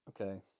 okay